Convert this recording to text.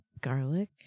Garlic